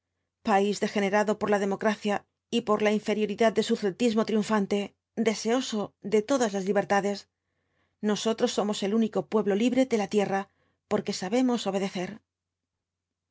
país degenerado por la democracia y por la inferioridad de su celtismo triunfante deseoso de todas las libertades nosotros somos el único pueblo libre de la tierra porque sabemos obedecer